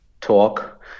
talk